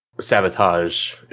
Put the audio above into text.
sabotage